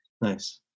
nice